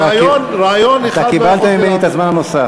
אתה קיבלת ממני את הזמן הנוסף,